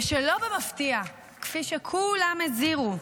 ולא במפתיע, כפי שכולם הזהירו,